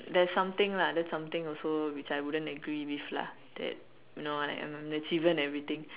that's something lah that's something also which I wouldn't agree with lah you know that I'm an achiever and everything